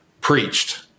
preached